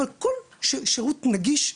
אבל כל שירות נגיש.